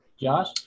Josh